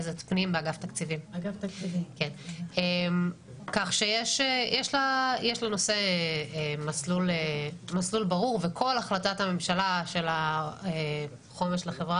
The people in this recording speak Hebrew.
כך שיש לנושא מסלול ברור וכל החלטת ממשלה של חומש לחברה